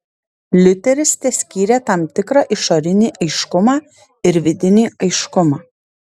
liuteris teskyrė tam tikrą išorinį aiškumą ir vidinį aiškumą